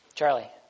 Charlie